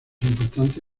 importante